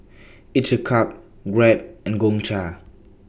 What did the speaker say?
Each A Cup Grab and Gongcha